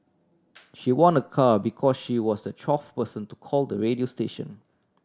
she won a car because she was the twelfth person to call the radio station